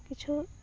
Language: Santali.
ᱠᱤᱪᱷᱩ